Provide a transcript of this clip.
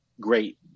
great